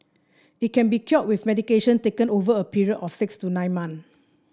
it can be cured with medication taken over a period of six to nine months